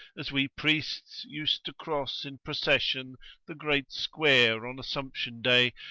as we priests used to cross in procession the great square on assumption day,